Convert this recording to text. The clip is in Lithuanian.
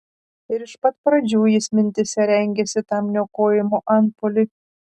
ir iš pat pradžių jis mintyse rengėsi tam niokojimo antpuoliui